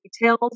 details